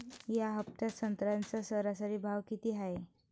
या हफ्त्यात संत्र्याचा सरासरी भाव किती हाये?